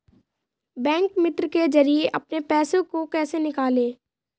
Bank मित्र के जरिए अपने पैसे को कैसे निकालें?